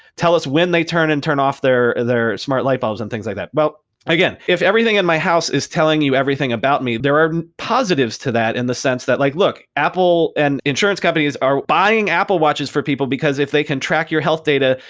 tell us when they turn and turn off their smart lightbulbs and things like that. well again, if everything in my house is telling you everything about me, there are positives to that in the sense that like look, apple and insurance companies are buying apple watches for people, because if they can track your health data,